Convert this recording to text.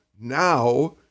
Now